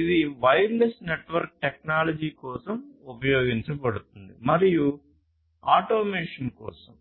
ఇది wireless network technology కోసం ఉపయోగించబడుతుంది మరియు ఆటోమేషన్ కోసం